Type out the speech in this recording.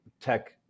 tech